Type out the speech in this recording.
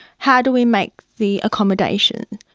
how do we make the accommodation?